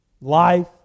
Life